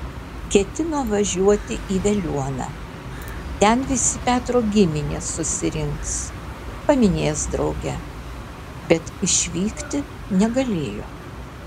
ketino važiuoti į veliuoną ten visi petro giminės susirinks paminės drauge bet išvykti negalėjo